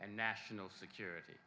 and national security